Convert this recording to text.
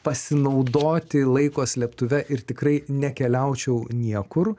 pasinaudoti laiko slėptuve ir tikrai nekeliaučiau niekur